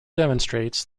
demonstrates